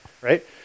right